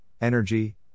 energy